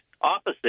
Opposite